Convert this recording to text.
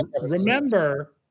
remember